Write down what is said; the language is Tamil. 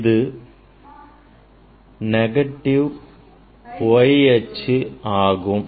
இது negative y அச்சு ஆகும்